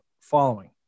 following